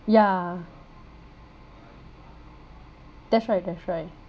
ya that's right that's right